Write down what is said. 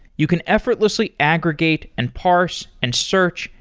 you can effortlessly aggregate, and parse, and search,